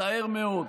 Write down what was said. תצטער מאוד.